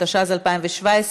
התשע"ז 2017,